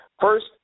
First